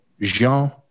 Jean